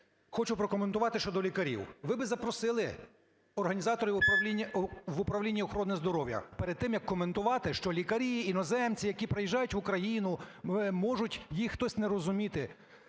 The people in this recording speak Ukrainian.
хочу прокоментувати щодо лікарів, ви би запросили організаторів в управління охорони здоров'я перед тим, як коментувати, що лікарі-іноземці, які приїжджають в Україну, може їх хтось не розуміти.